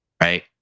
right